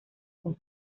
con